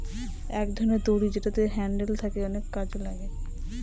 এক ধরনের দড়ি যেটাতে হ্যান্ডেল থাকে অনেক কাজে লাগে